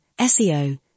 SEO